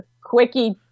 Quickie